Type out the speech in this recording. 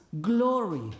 glory